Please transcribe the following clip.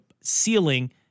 ceiling